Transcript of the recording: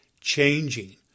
changing